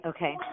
Okay